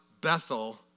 Bethel